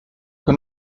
que